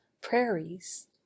prairies